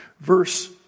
Verse